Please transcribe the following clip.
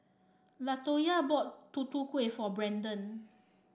Latoya bought Tutu Kueh for Brandan